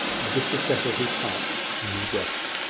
as if to settle his heart in his breast,